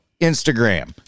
Instagram